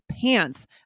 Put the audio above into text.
pants